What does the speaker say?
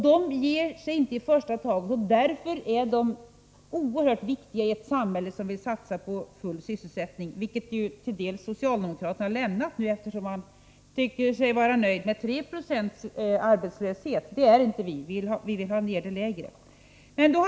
De ger sig inte i första taget, och därför är de oerhört viktiga i ett samhälle som vill satsa på full sysselsättning — ett mål som socialdemokraterna nu till dels har lämnat, eftersom de tycks vara nöjda med 3 6 arbetslöshet. Det är inte vi. Vi vill ha ned arbetslösheten lägre.